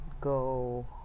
go